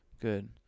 Good